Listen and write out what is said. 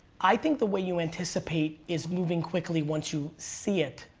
i think the way you anticipate is moving quickly once you see it,